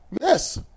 Yes